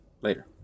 Later